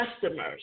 customers